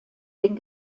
den